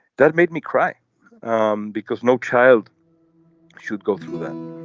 that made me cry um because no child should go through an